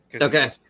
Okay